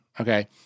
okay